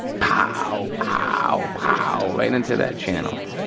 pow, pow, pow, right into that channel,